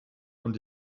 und